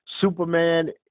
Superman